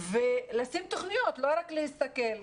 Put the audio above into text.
ולשים תוכניות, לא רק להסתכל.